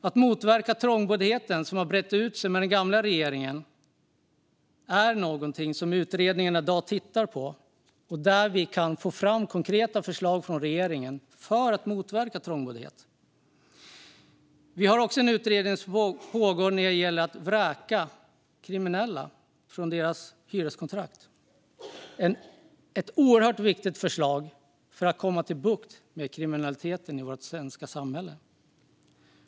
Att motverka trångboddhet, som har brett ut sig under den gamla regeringen, är något som utredningen i dag tittar på. Där kan vi få fram konkreta förslag från regeringen för att motverka trångboddhet. Vi har också en utredning som pågår när det gäller att vräka kriminella och säga upp deras hyreskontrakt. Det är ett oerhört viktigt förslag för att få bukt med kriminaliteten i vårt svenska samhälle.